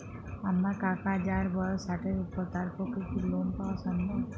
আমার কাকা যাঁর বয়স ষাটের উপর তাঁর পক্ষে কি লোন পাওয়া সম্ভব?